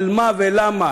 על מה ולמה?